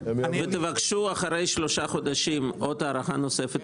ותבקשו אחרי שלושה חודשים הארכה נוספת,